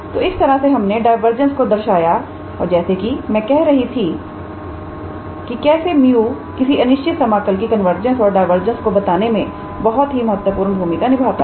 तो इस तरह से हमने डायवर्जेस को दर्शाया और जैसे कि मैं कह रही थी कि कैसे 𝜇 किसी अनिश्चित समाकल की कन्वर्जेंस और डायवर्जेंस को बताने में बहुत ही महत्वपूर्ण भूमिका निभाता है